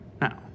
Now